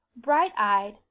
bright-eyed